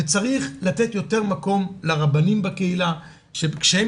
וצריך לתת יותר מקום לרבנים בקהילה שהם